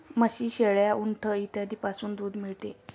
म्हशी, शेळ्या, उंट इत्यादींपासूनही दूध मिळते